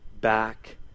back